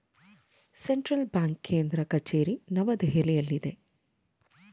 central bank ಕೇಂದ್ರ ಕಚೇರಿ ನವದೆಹಲಿಯಲ್ಲಿದೆ